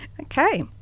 Okay